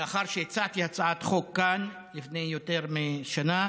לאחר שהצעתי הצעת חוק כאן, לפני יותר משנה,